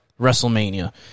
WrestleMania